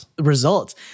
results